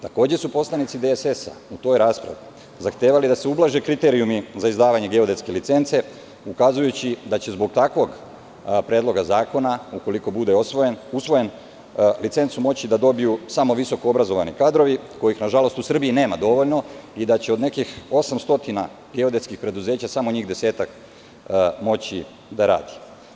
Takođe su poslanici DSS u toj raspravi zahtevali da se ublaže kriterijumi za izdavanje geodetske licence, ukazujući da će zbog takvog predloga zakona, ukoliko bude usvojen, licencu moći da dobiju samo visoko obrazovani kadrovi, kojih, nažalost, u Srbiji nema dovoljno i da će od nekih 800 geodetskih preduzeća, samo njih desetak moći da radi.